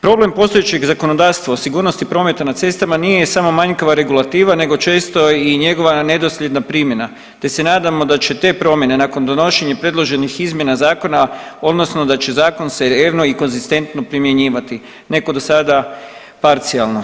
Problem postojećeg zakonodavstva o sigurnosti prometa na cestama nije samo manjkava regulativa nego često i njegova nedosljedna primjena te se nadamo da će te promjene nakon donošenja predloženih izmjena zakona odnosno da će Zakon se revno i konzistentno primjenjivati, ne kao do sada parcijalno.